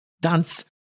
dance